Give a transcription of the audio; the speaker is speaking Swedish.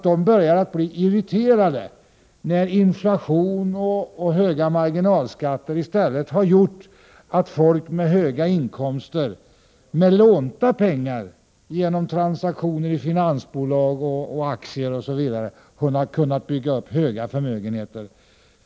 De börjar naturligtvis bli irriterade när inflation och höga marginalskatter har gjort att folk med höga inkomster med lånade pengar genom transaktioner i finansbolag och med aktier kunnat bygga upp stora förmögenheter.